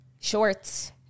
Shorts